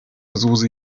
susi